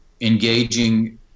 engaging